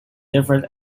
different